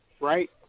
right